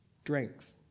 strength